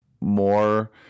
more